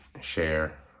share